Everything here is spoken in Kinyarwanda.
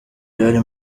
byari